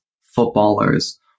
footballers